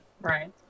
Right